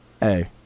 Hey